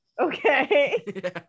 okay